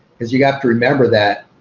because you have to remember that,